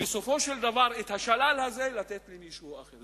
ובסופו של דבר את השלל הזה, לתת אותו למישהו אחר.